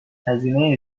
هزینه